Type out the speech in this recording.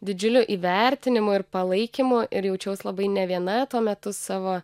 didžiuliu įvertinimu ir palaikymu ir jaučiaus labai ne viena tuo metu savo